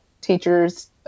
teachers